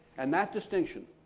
and that distinction,